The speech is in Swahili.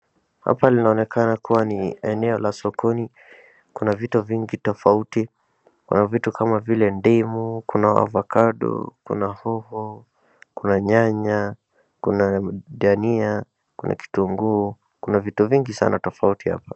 Hapa linaonekana kuwa ni eneo la sokoni. Kuna vitu vingi tofauti, kuna vitu kama vile ndimu, kuna avocado, kuna hoho, kuna nyanya, kuna dania, kuna vitunguu, kuna vitu vingi tofauti hapo.